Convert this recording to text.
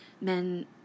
men